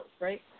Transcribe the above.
right